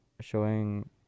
showing